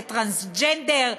לטרנסג'נדר,